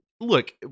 Look